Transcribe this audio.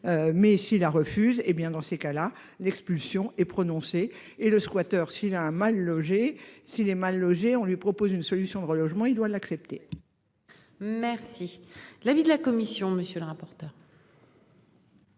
Mais s'il la refuse, hé bien dans ces cas-là, l'expulsion est prononcé et le squatteur si la un mal-logés si les mal logés, on lui propose une solution de relogement il doit l'accepter. Merci. L'avis de la commission. Monsieur le rapporteur.